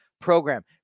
program